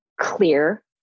clear